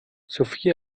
sophie